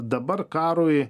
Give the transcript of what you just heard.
dabar karui